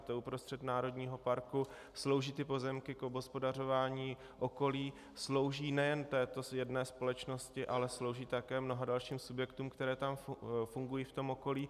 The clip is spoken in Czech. Je to uprostřed národního parku, slouží ty pozemky k obhospodařování okolí, slouží nejen této jedné společnosti, ale slouží také mnoha dalším subjektům, které tam fungují v tom okolí.